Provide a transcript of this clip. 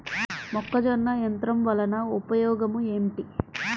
మొక్కజొన్న యంత్రం వలన ఉపయోగము ఏంటి?